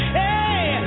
hey